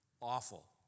awful